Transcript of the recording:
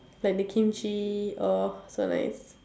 like the kimchi oh so nice